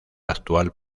actual